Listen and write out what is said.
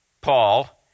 Paul